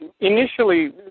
initially